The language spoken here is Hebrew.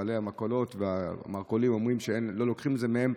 בעלי המכולות והמרכולים אומרים שלא לוקחים את זה מהם,